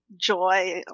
joy